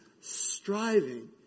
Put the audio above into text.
striving